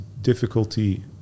difficulty